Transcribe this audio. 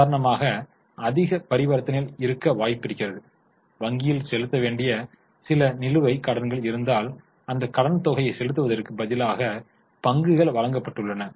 உதாரணமாக அதிக பரிவர்த்தனைகள் இருக்க வாய்ப்பு இருக்கிறது வங்கியில் செலுத்த வேண்டிய சில நிலுவைக் கடன்கள் இருந்தால் அந்த கடன் தொகையை செலுத்துவதற்கு பதிலாக பங்குகள் வழங்கப்பட்டுள்ளன